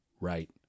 right